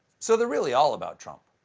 so, they're really all about trump.